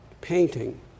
painting